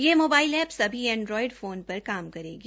यह mobile app सभी Android phone पर काम करेगी